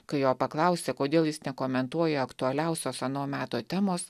kai jo paklausė kodėl jis nekomentuoja aktualiausios ano meto temos